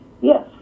yes